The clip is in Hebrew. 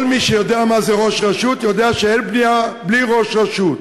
כל מי שיודע מה זה ראש רשות יודע שאין בנייה בלי ראש רשות.